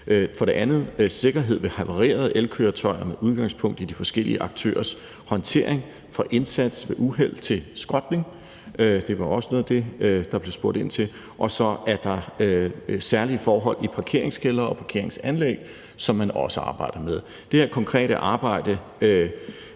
Det andet er sikkerhed ved havarerede el-køretøjer med udgangspunkt i de forskellige aktørers håndtering fra indsats ved uheld til skrotning; det var også noget af det, der blev spurgt ind til. Og så er der særlige forhold i parkeringskældre og parkeringsanlæg, som man også arbejder med. Det her konkrete arbejde